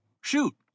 shoot